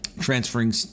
transferring